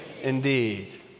indeed